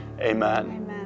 Amen